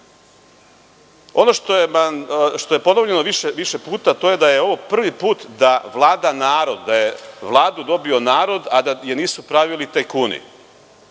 što je ponovljeno više puta, to je da je ovo prvi put da vlada narod, da je Vladu dobio narod, a da je nisu pravili tajkuni.